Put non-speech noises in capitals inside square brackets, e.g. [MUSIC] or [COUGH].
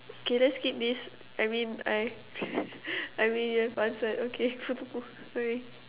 okay let's skip this I mean I [LAUGHS] I mean you've answered sorry